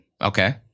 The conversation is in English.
Okay